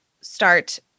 start